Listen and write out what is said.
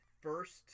first